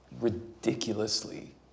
ridiculously